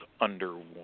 underwater